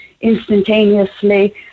instantaneously